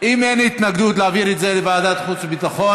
אם אין התנגדות להעביר את זה לוועדת חוץ וביטחון,